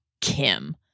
Kim